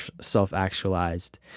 self-actualized